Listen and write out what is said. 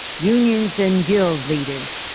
union so and guild leaders.